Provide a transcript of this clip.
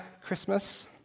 Christmas